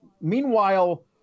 Meanwhile